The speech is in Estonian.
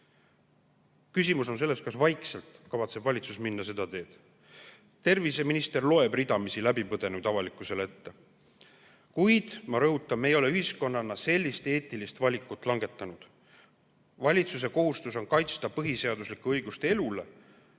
Küsimus on selles, kas valitsus kavatseb vaikselt minna seda teed. Terviseminister loeb läbipõdenuid ridamisi avalikkusele ette. Kuid, ma rõhutan, me ei ole ühiskonnana sellist eetilist valikut langetanud. Valitsuse kohustus on kaitsta põhiseaduslikku õigust elule.